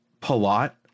Palat